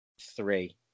three